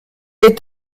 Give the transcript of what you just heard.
est